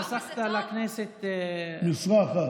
חסכת לכנסת משרה אחת.